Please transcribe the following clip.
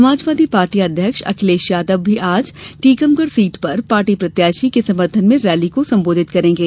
समाजवादी पार्टी अध्यक्ष अखिलेश यादव भी आज टीकमगढ़ सीट पर पार्टी प्रत्याशी के समर्थन में रैली को संबोधित करेंगे